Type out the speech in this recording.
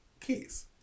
keys